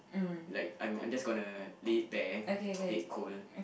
like I'm I'm just gonna lay it there lay it cold